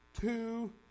two